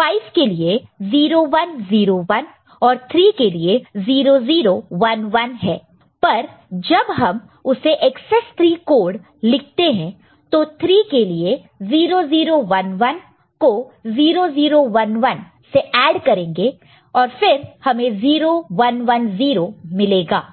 5 के लिए 0101 और 3 के लिए 0011 है पर जब हम उसे एकसेस 3 कोड लिखते हैं तो 3 के लिए 0011 को 0011 से ऐड करेंगे और फिर हमें 0110 मिलेगा